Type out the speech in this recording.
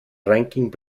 ranking